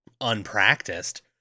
unpracticed